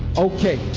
okay.